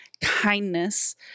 kindness